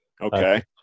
Okay